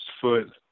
foot